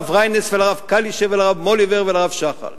ריינס ולרב קלישר ולרב מוהליבר ולרב שח"ל.